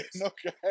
Okay